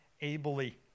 ably